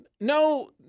No